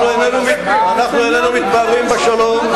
אנחנו איננו מתפארים בשלום,